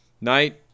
Knight